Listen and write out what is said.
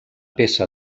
peça